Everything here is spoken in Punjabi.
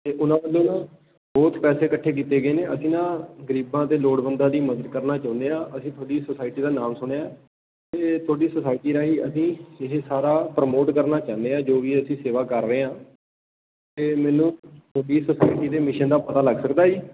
ਅਤੇ ਉਹਨਾਂ ਵੱਲੋਂ ਨਾ ਬਹੁਤ ਪੈਸੇ ਇਕੱਠੇ ਕੀਤੇ ਗਏ ਨੇ ਅਸੀਂ ਨਾ ਗਰੀਬਾਂ ਅਤੇ ਲੋੜਵੰਦਾਂ ਦੀ ਮਦਦ ਕਰਨਾ ਚਾਹੁੰਦੇ ਹਾਂ ਅਸੀਂ ਤੁਹਾਡੀ ਸੋਸਾਇਟੀ ਦਾ ਨਾਮ ਸੁਣਿਆ ਅਤੇ ਤੁਹਾਡੀ ਸੋਸਾਇਟੀ ਰਾਹੀਂ ਅਸੀਂ ਇਹ ਸਾਰਾ ਪ੍ਰਮੋਟ ਕਰਨਾ ਚਾਹੁੰਦੇ ਹਾਂ ਜੋ ਵੀ ਅਸੀਂ ਸੇਵਾ ਕਰ ਰਹੇ ਹਾਂ ਅਤੇ ਮੈਨੂੰ ਤੁਹਾਡੀ ਸੋਸਾਇਟੀ ਦੇ ਮਿਸ਼ਨ ਦਾ ਪਤਾ ਲੱਗ ਸਕਦਾ ਜੀ